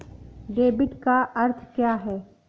Debit का अर्थ क्या है?